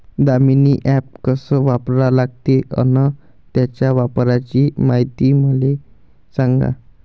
Damini app कस वापरा लागते? अन त्याच्या वापराची मायती मले सांगा